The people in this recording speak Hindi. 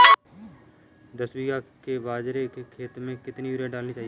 दस बीघा के बाजरे के खेत में कितनी यूरिया डालनी चाहिए?